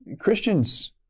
Christians